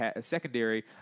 secondary